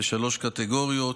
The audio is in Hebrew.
בשלוש קטגוריות.